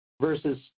versus